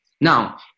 Now